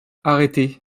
arrêté